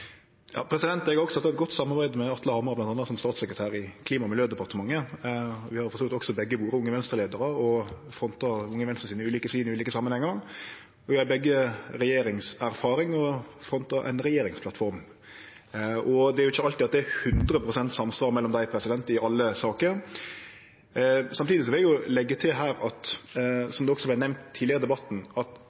Eg har også hatt eit godt samarbeid med Atle Hamar, bl.a. som statssekretær i Klima- og miljødepartementet. Vi har for så vidt også begge vore Unge Venstre-leiarar og fronta Unge Venstre sine ulike syn i ulike samanhengar. Vi har begge regjeringserfaring og har fronta ei regjeringsplattform. Det er ikkje alltid det er 100 pst. samsvar mellom partia i alle saker. Samtidig vil eg leggje til, som det også vart nemnt tidlegare i debatten, at